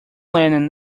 lennon